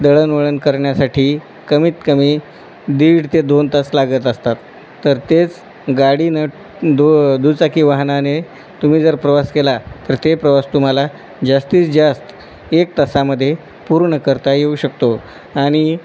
दळणवळण करण्यासाठी कमीतकमी दीड ते दोन तास लागत असतात तर तेच गाडीने दो दुचाकी वाहनाने तुम्ही जर प्रवास केला तर ते प्रवास तुम्हाला जास्तीत जास्त एक तासामध्ये पूर्ण करता येऊ शकतो आणि